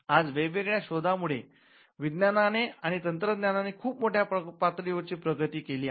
आज वेगवेगळ्या शोधांमुळे विज्ञानाने आणि तंत्रज्ञानाने खूप मोठ्या पातळीवरची प्रगती केलेली आहे